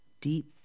deep